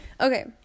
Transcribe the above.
Okay